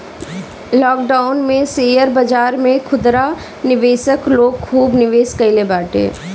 lockdown में share बाजार में खुदरा निवेशक लोग खूब निवेश कईले बाटे